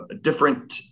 different